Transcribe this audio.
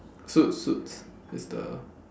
suits suits it's the